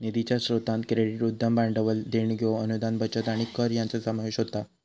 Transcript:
निधीच्या स्रोतांत क्रेडिट, उद्यम भांडवल, देणग्यो, अनुदान, बचत आणि कर यांचो समावेश होता